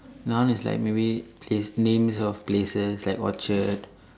noun is like maybe place names of places like Orchard